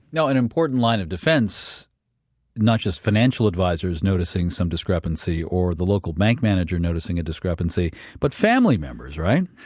now, an important line of defense not just financial advisers noticing some discrepancy or the local bank manager noticing a discrepancy is but family members, right?